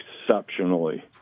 exceptionally